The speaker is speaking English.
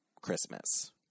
christmas